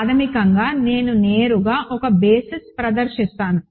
ప్రాథమికంగా నేను నేరుగా ఒక బేసిస్ ప్రదర్శిస్తాను